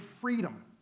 freedom